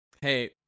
Hey